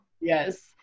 Yes